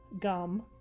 gum